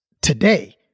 today